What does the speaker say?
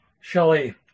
Shelley